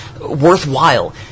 Worthwhile